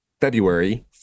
February